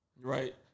Right